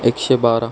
एकशे बारा